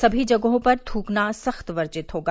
सभी जगहों पर थूकना सख्त वर्जित होगा